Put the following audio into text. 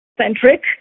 centric